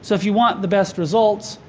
so if you want the best results,